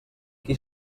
qui